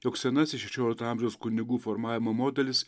jog senasis šešiolikto amžiaus kunigų formavimo modelis